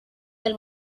del